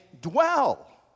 dwell